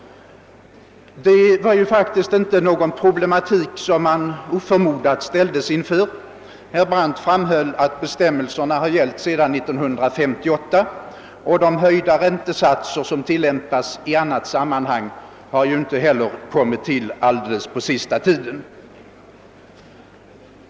Det var ju faktiskt inte någon problematik som man ställdes inför oförmodat. Herr Brandt framhöll att bestämmelserna har gällt sedan 1958, och de höjda räntesatser som tillämpas i annat sammanhang har ju inte heller kommit till först på allra senaste tiden.